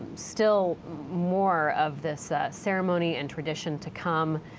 still more of this ceremony and tradition to come.